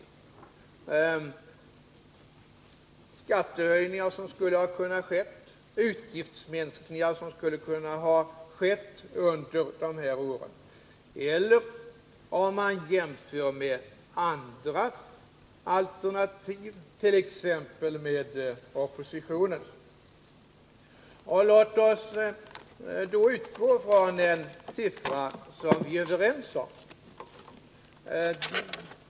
Det kan vara fråga om skattehöjningar som skulle ha kunnat ske och om utgiftsminskningar som skulle ha kunnat ske under de här åren. Detsamma gäller om man jämför med andras alternativ, t.ex. med oppositionens. Och låt oss då utgå från en siffra som vi är överens om.